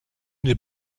n’est